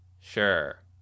Sure